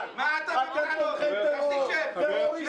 אתם תומכי טרור.